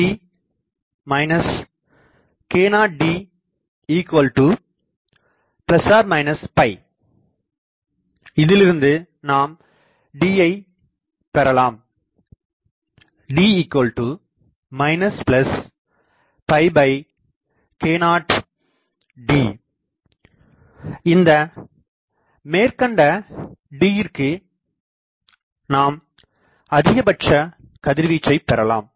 αd k0d இதிலிருந்து நாம் d யை பெறலாம் dk0d இந்த மேற்கண்ட dயிற்கு நாம் அதிகபட்ச கதிர்வீச்சை பெறலாம்